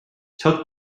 tuck